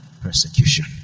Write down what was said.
persecution